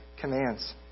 commands